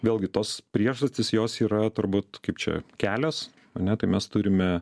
vėlgi tos priežastys jos yra turbūt kaip čia kelias ane tai mes turime